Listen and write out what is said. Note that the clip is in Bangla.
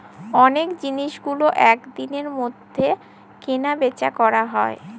অনেক জিনিসগুলো এক দিনের মধ্যে কেনা বেচা করা হয়